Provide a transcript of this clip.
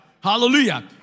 hallelujah